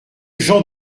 jean